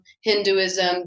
Hinduism